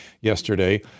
yesterday